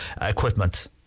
equipment